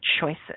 choices